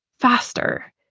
faster